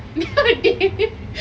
dey